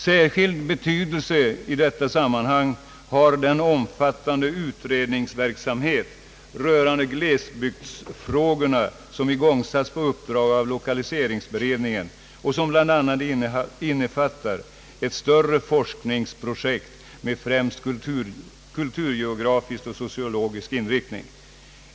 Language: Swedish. Särskild betydelse i detta sammanhang har den omfattande utredningsverksamhet rörande glesbygdsfrågorna som igångsatts på uppdrag av lokaliseringsberedningen och som bl.a. innefattar ett större forskningsprojekt med främst kulturgeografisk och sociologisk inriktning.